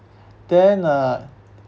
then uh